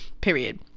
period